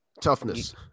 Toughness